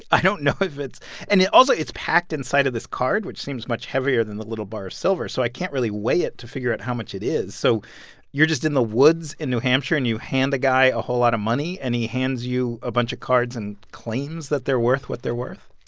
i don't know if it's and also, it's packed inside of this card, which seems much heavier than the little bar of silver, so i can't really weigh it to figure out how much it is. so you're just in the woods in new hampshire, and you hand a guy a whole lot of money, and he hands you a bunch of cards and claims that they're worth what they're worth?